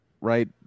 Right